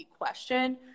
question